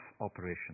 operation